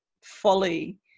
folly